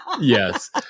Yes